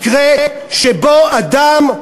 מקרה שבו אדם,